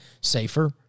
safer